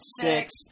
six